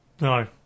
No